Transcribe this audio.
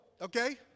okay